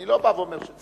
אני לא בא ואומר שצריך,